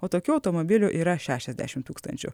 o tokių automobilių yra šešiasdešimt tūkstančių